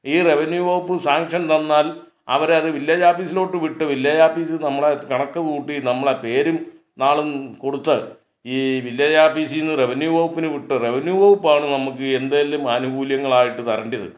ഈ റവന്യൂ വകുപ്പ് സാങ്ഷൻ തന്നാൽ അവരത് വില്ലേജാപ്പീസിലോട്ട് വിട്ട് വില്ലേജാപ്പീസിൽ നിന്ന് നമ്മളുടെ കണക്ക് കൂട്ടി നമ്മളുടെ പേരും നാളും കൊടുത്ത് ഈ വില്ലേജാപ്പീസിൽ നിന്ന് റവന്യൂ വകുപ്പിന് വിട്ട് റവന്യൂ വകുപ്പാണ് നമുക്ക് എന്തെങ്കിലും ആനുകൂല്യങ്ങളായിട്ട് തരണ്ടിയത്